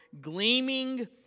gleaming